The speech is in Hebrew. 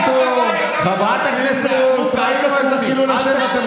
חברת הכנסת סטרוק, קריאה ראשונה.